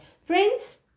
Friends